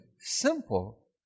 simple